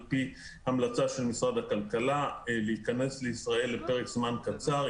על פי המלצה של משרד הכלכלה להיכנס לישראל לפרק זמן קצר,